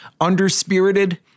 Underspirited